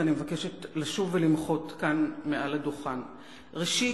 ואני מבקשת לשוב ולמחות כאן מעל הדוכן: ראשית,